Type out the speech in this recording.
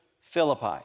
Philippi